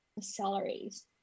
salaries